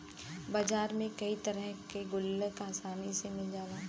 बाजार में कई तरे के गुल्लक आसानी से मिल जाला